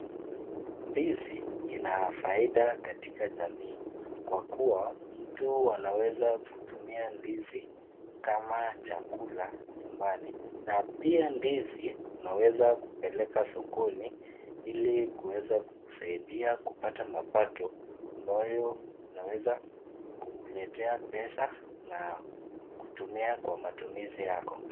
Ndizi ina faida katika jamii kwa kuwa mtu anaweza kutumia ndizi kama chakula nyumbani na pia ndizi unaweza kupeleka sokoni ili kuweza kukusaidia kupata mapato ambayo unaweza kukuletea pesa na kutumia kwa matumizi yako.